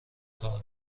کار